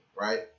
right